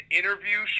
interview